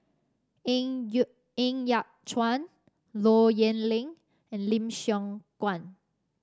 Ng Ng Yat Chuan Low Yen Ling and Lim Siong Guan